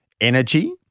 energy